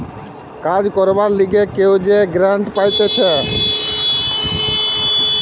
কাজ করবার লিগে কেউ যে গ্রান্ট পাইতেছে